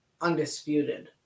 Undisputed